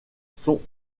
sont